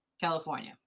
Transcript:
California